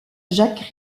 jacques